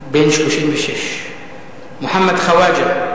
בן 36, מוחמד חוואג'ה,